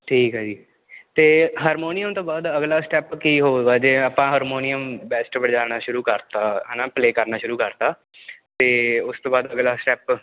ਠੀਕ ਹੈ ਜੀ ਅਤੇ ਹਾਰਮੋਨੀਅਮ ਤੋਂ ਬਾਅਦ ਅਗਲਾ ਸਟੈਪ ਕੀ ਹੋਵੇਗਾ ਜੇ ਆਪਾਂ ਹਾਰਮੋਨੀਅਮ ਬੈਸਟ ਬਜਾਣਾ ਸ਼ੁਰੂ ਕਰਤਾ ਹੈ ਨਾ ਪਲੇ ਕਰਨਾ ਸ਼ੁਰੂ ਕਰਤਾ ਅਤੇ ਉਸ ਤੋਂ ਬਾਅਦ ਅਗਲਾ ਸਟੈਪ